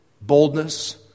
boldness